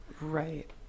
right